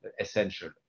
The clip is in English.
essential